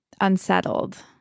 unsettled